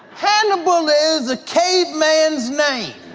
hannibal is a cave man's name.